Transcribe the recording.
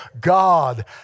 God